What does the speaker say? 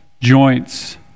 joints